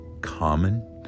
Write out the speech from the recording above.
common